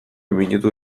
minutu